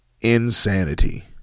insanity